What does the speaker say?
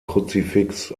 kruzifix